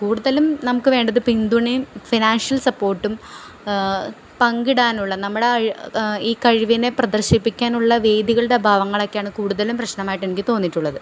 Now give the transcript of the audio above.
കൂടുതലും നമുക്ക് വേണ്ടത് പിന്തുണയും ഫിനാൻഷ്യൽ സപ്പോർട്ടും പങ്കിടാനുള്ള നമ്മുടെ ഈ കഴിവിനെ പ്രദർശിപ്പിക്കാനുള്ള വേദികളുടെ അഭാവങ്ങളൊക്കെയാണ് കൂടുതലും പ്രശ്നമായിട്ടെനിക്ക് തോന്നിയിട്ടുള്ളത്